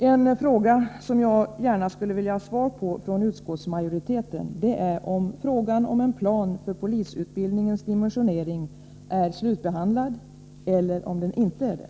En fråga som jag gärna skulle vilja ha svar på från utskottsmajoriteten är om frågan om en plan för polisutbildningens dimensionering är slutbehandlad eller om den inte är det.